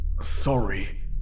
Sorry